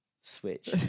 switch